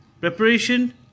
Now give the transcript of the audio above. preparation